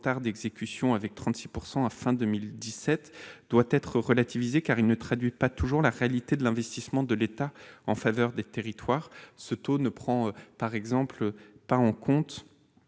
d'exécution, avec 36 % à la fin de 2017, doit être relativisé, car il ne traduit pas toujours la réalité de l'investissement de l'État en faveur des territoires. Par exemple, ce taux ne prend pas en compte